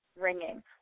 ringing